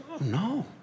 no